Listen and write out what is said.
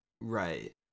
Right